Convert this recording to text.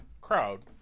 crowd